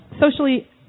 socially